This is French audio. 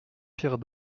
pierre